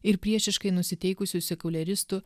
ir priešiškai nusiteikusių sekuliaristų